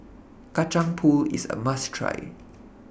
Kacang Pool IS A must Try